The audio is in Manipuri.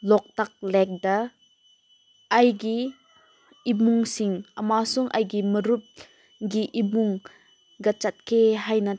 ꯂꯣꯛꯇꯥꯛ ꯂꯦꯛꯇ ꯑꯩꯒꯤ ꯏꯃꯨꯡꯁꯤꯡ ꯑꯃꯁꯨꯡ ꯑꯩꯒꯤ ꯃꯔꯨꯞꯒꯤ ꯏꯃꯨꯡꯒ ꯆꯠꯀꯦ ꯍꯥꯏꯅ